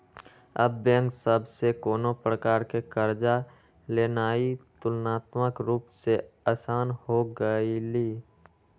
अब बैंक सभ से कोनो प्रकार कें कर्जा लेनाइ तुलनात्मक रूप से असान हो गेलइ